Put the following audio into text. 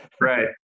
Right